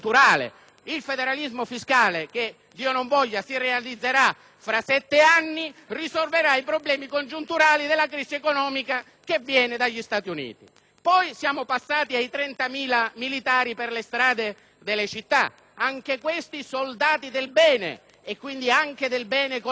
il federalismo fiscale, che - Dio non voglia! - si realizzerà tra sette anni, dovrebbe risolvere i problemi congiunturali della crisi economica che proviene dagli Stati Uniti. Siamo quindi passati ai 30.000 militari per le strade delle città, anche questi soldati del bene e, quindi, anche del bene economico.